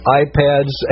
iPads